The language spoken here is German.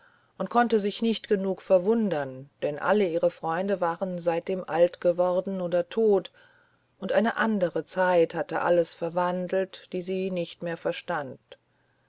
und konnte sich nicht genug verwundern denn alle ihre freunde waren seitdem alt geworden oder tot und eine andere zeit hatte alles verwandelt die sie nicht mehr verstand